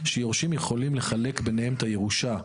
שירושים יכולים לחלק ביניהם את הירושה.